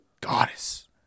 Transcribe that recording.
goddess